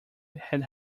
had